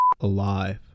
alive